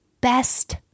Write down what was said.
best